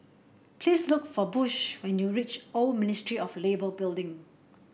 please look for Bush when you reach Old Ministry of Labour Building